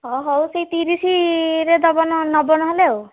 ହଁ ହଉ ସେଇ ତିରିଶିରେ ଦବ ନବ ନହେଲେ ଆଉ